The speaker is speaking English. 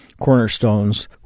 cornerstones